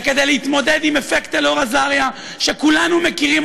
וכדי להתמודד עם אפקט אלאור אזריה שכולנו מכירים